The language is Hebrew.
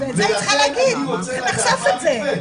אני רוצה לדעת מה המתווה,